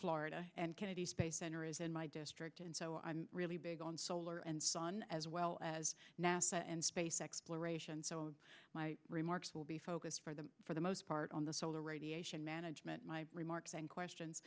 florida and kennedy space center is in my district and so i'm really big on solar and sun as well as nasa and space exploration so my remarks will be focused for the for the most part on the solar radiation management my remarks and questions